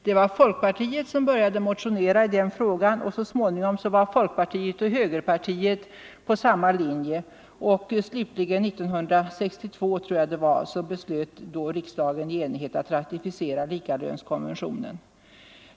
Det var folkpartiet som började motionera i den frågan, och så småningom var folkpartiet och högerpartiet på samma linje. Slutligen — 1962 tror jag det var — beslöt riksdagen i enighet att ratificera likalönskonventionen.